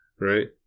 Right